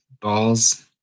balls